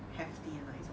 hefty 的那一种